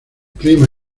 clima